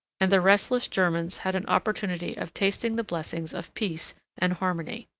and the restless germans had an opportunity of tasting the blessings of peace and harmony.